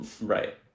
Right